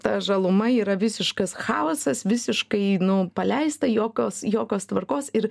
ta žaluma yra visiškas chaosas visiškai nu paleista jokios jokios tvarkos ir